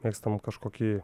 mėgstam kažkokį